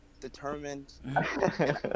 determined